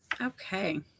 Okay